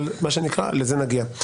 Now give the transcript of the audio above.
אבל מה שנקרא לזה נגיע.